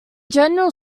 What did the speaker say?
general